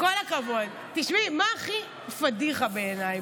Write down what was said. תשמעי מה הכי פדיחה בעיניי,